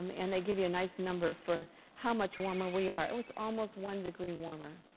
um and they give you a nice number for how much warmer we are. it's almost one degree warmer.